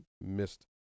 missed